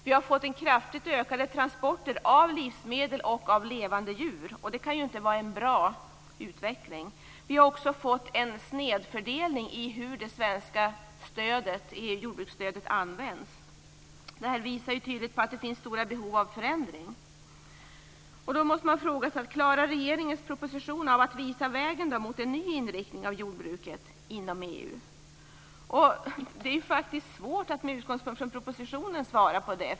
Vi har fått kraftigt ökade transporter av livsmedel och av levande djur, och det kan ju inte vara en bra utveckling. Vi har också fått en snedfördelning när det gäller hur det svenska jordbruksstödet används. Det här visar tydligt att det finns stora behov av förändring. Då måste man fråga sig: Klarar regeringens proposition av att visa vägen mot en ny inriktning av jordbruket inom EU? De är faktiskt svårt att med utgångspunkt från propositionen svara på det.